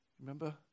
Remember